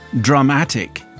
dramatic